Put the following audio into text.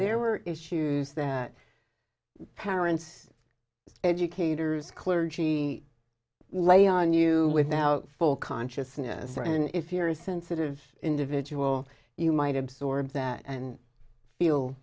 there were issues that parents educators clergy lay on you with now full consciousness and if you're a sensitive individual you might absorb that and